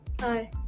Hi